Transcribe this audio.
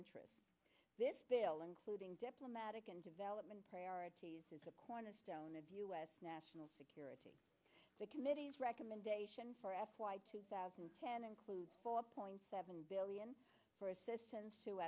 interests this bill including diplomatic and development priorities is a cornerstone of u s national security the committee's recommendation for f y two thousand and ten includes four point seven billion for assistance to